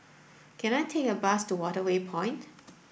can I take a bus to Waterway Point